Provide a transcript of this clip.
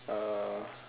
uh